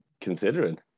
considering